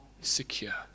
secure